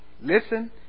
listen